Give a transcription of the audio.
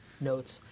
notes